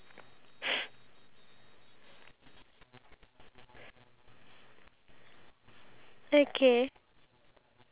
what is one thing that we both try which is we never tried before in our entire life but we both did it together for the first time